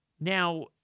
Now